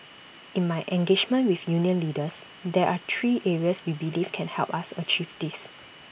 in my engagement with union leaders there are three areas we believe can help us achieve this